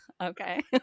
okay